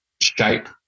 shape